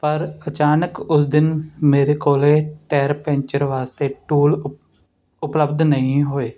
ਪਰ ਅਚਾਨਕ ਉਸ ਦਿਨ ਮੇਰੇ ਕੋਲ ਟਾਇਰ ਪੈਂਚਰ ਵਾਸਤੇ ਟੂਲ ਉ ਉਪਲਬਧ ਨਹੀਂ ਹੋਏ